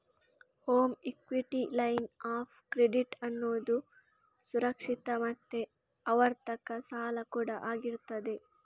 home equity line of credit ಅನ್ನುದು ಸುರಕ್ಷಿತ ಮತ್ತೆ ಆವರ್ತಕ ಸಾಲ ಕೂಡಾ ಆಗಿರ್ತದೆ